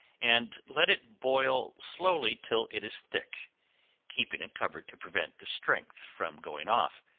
and let it boil slowly till it is thick keeping it covered to prevent the strength from going off,